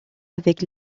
avec